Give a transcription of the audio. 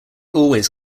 always